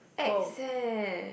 ex eh